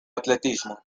atletismo